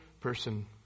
person